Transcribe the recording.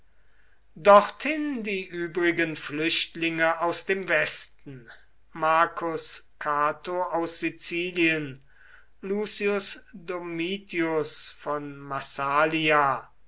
dorthin die übrigen flüchtlinge aus dem westen marcus cato aus sizilien lucius domitius von massalia